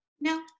No